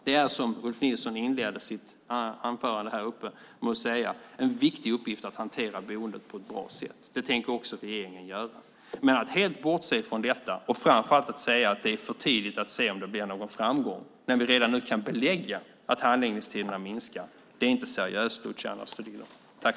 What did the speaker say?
Det är, som Ulf Nilsson inledde sitt inlägg med att säga, en viktig uppgift att hantera boendet på ett bra sätt. Det tänker också regeringen göra. Men att helt bortse från detta, och framför allt att säga att det är för tidigt att se om det blir någon framgång när vi redan nu kan belägga att handläggningstiderna har minskat, är inte seriöst, Luciano Astudillo.